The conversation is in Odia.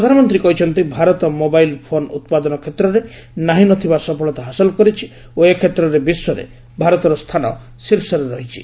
ପ୍ରଧାନମନ୍ତ୍ରୀ କହିଛନ୍ତି ଭାରତ ମୋବାଇଲ୍ ଫୋନ୍ ଉତ୍ପାଦନ କ୍ଷେତ୍ରରେ ନାହିଁନଥିବା ସଫଳତା ହାସଲ କରିଛି ଓ ଏ କ୍ଷେତ୍ରରେ ବିଶ୍ୱରେ ଭାରତର ସ୍ଥାନ ଶୀର୍ଷରେ ରହିଛି